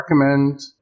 recommend